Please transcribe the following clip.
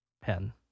pen